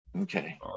Okay